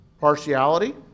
Partiality